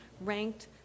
ranked